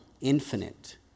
infinite